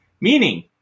Meaning